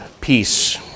peace